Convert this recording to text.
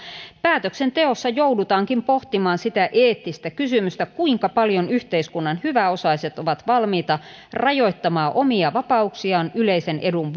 päätöksenteossa joudutaankin pohtimaan sitä eettistä kysymystä kuinka paljon yhteiskunnan hyväosaiset ovat valmiita rajoittamaan omia vapauksiaan yleisen edun